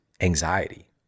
anxiety